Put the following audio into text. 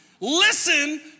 Listen